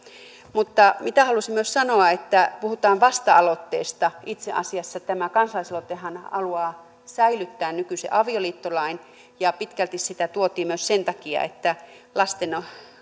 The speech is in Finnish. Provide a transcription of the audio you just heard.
mutta mitä halusin myös sanoa kun puhutaan vasta aloitteesta itse asiassa tämä kansalaisaloitehan haluaa säilyttää nykyisen avioliittolain ja pitkälti sitä tuotiin myös sen takia että lasten